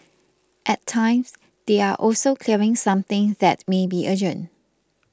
at times they are also clearing something that may be urgent